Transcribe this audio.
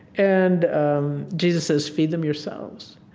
and um jesus says, feed them yourselves.